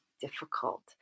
difficult